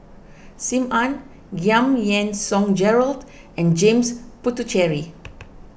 Sim Ann Giam Yean Song Gerald and James Puthucheary